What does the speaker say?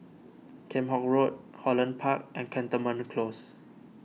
Kheam Hock Road Holland Park and Cantonment Close